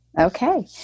Okay